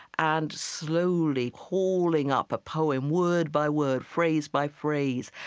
and slowly calling up a poem word by word, phrase by phrase,